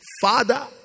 Father